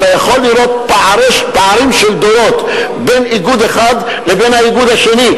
אתה יכול לראות פערים של דורות בין איגוד אחד לאיגוד שני,